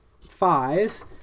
five